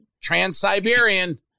Trans-Siberian